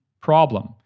problem